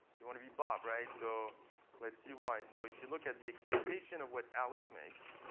you want to be bob, right? so let's see why. so if you look at the expectation of what alice makes.